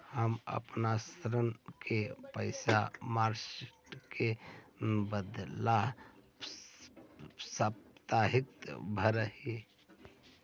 हम अपन ऋण के पैसा मासिक के बदला साप्ताहिक भरअ ही